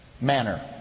manner